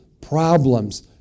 problems